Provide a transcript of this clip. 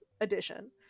Edition